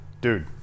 Dude